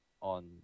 on